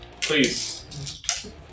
Please